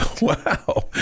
wow